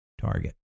Target